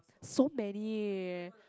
so many